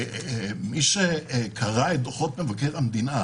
מי שקרא את דוחות מבקר המדינה,